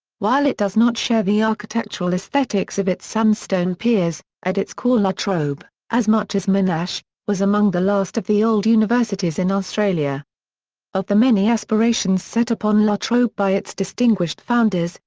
while it does not share the architectural aesthetics of its sandstone peers, at its core la trobe, as much as monash, was among the last of the old universities in australia of the many aspirations set upon la trobe by its distinguished founders,